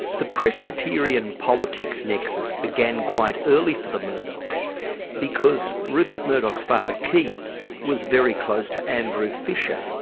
the presbyterian politics nexus began quite early for the murdochs because rupert murdoch's father keith was very close to andrew fisher,